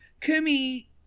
Kumi